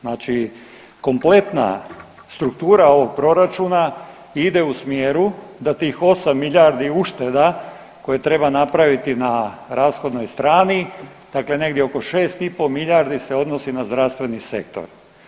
Znači, kompletna struktura ovog Proračuna ide u smjeru da tih 8 milijardi ušteda, koje treba napraviti na rashodnoj strani, dakle negdje oko 6,5 milijardi se odnosi na zdravstveni sektor.